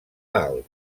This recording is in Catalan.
dalt